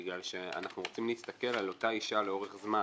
כי אנחנו רוצים להסתכל על אותה אישה לאורך זמן.